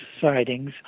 sightings